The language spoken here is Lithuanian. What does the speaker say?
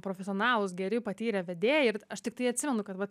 profesionalūs geri patyrę vedėjai ir aš tiktai atsimenu kad vat